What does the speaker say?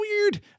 weird